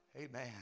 Amen